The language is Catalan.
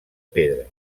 pedra